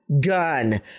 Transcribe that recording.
gun